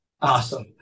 awesome